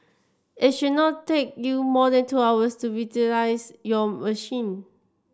it should not take you more than two hours to revitalise your machine